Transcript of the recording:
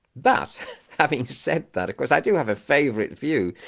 but having said that of course i do have a favourite view.